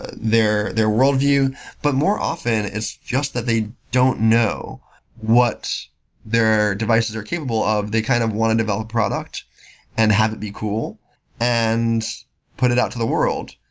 ah their their worldview but more often, it's just that they don't know what their devices are capable of. they kind of want to develop a product and have it be cool and put it out to the world.